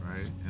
right